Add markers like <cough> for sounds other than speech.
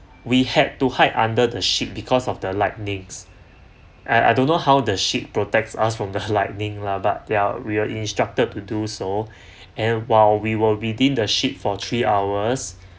we had to hide under the ship because of the lightnings and I don't know how the ship protects us from the lightning lah but they are we are instructed to do so <breath> and while we were within the ship for three hours